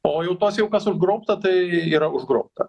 o jau tos jau kas užgrobta tai yra užgrobta